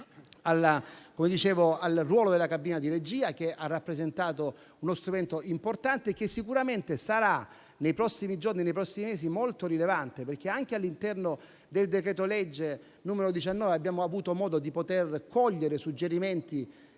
al ruolo della cabina di regia, che ha rappresentato uno strumento importante e che sicuramente, nei prossimi giorni e nei prossimi mesi, sarà molto rilevante. Anche all'interno del decreto-legge n. 19, infatti, abbiamo avuto modo di cogliere suggerimenti